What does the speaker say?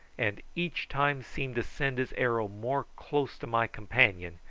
and each time seem to send his arrow more close to my companion,